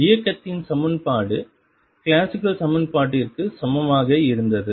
இயக்கத்தின் சமன்பாடு கிளாசிக்கல் சமன்பாட்டிற்கு சமமாக இருந்தது